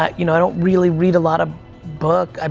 um you know, i don't really read a lot of book, um